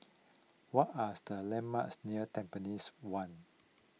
what are the landmarks near Tampines one